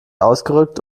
ausgerückt